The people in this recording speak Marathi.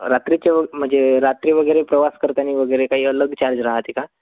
रात्रीचे व म्हणजे रात्री वगैरे प्रवास करताना वगैरे काही अलग चार्ज राहते का